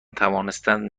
توانستند